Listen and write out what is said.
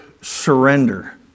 surrender